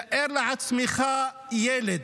תאר לעצמך ילד